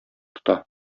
тота